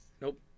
Nope